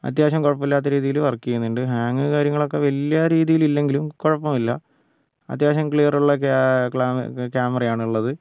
അത്യാവശ്യം കുഴപ്പമില്ലാത്ത രീതിയിൽ വർക്ക് ചെയ്യുന്നുണ്ട് ഹാങ്ങ് കാര്യങ്ങളൊക്കെ വലിയ രീതിയിൽ ഇല്ലെങ്കിലും കുഴപ്പമില്ല അത്യാവശ്യം ക്ലിയർ ഉള്ള ക്യാമറയാണ് ഉള്ളത്